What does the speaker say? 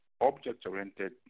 object-oriented